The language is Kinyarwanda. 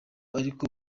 ariko